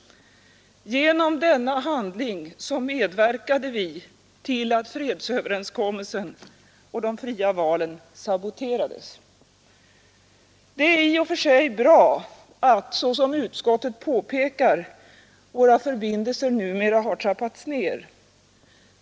Genom denna handling medverkade vi till att fredsöverenskommelsen och de fria valen saboterades. Det är i och för sig bra att, så som utskottet påpekar, våra förbindelser numera har trappats ned.